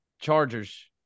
Chargers